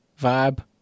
vibe